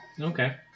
Okay